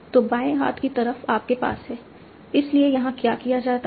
तो बाएं हाथ की तरफ आपके पास है इसलिए यहां क्या किया जाता है